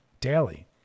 Daily